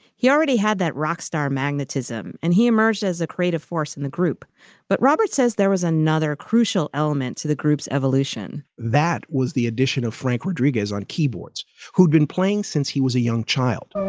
he already had that rock star magnetism and he emerged as a creative force in the group but robert says there was another crucial element to the group's evolution that was the addition of frank rodriguez on keyboards who'd been playing since he was a young child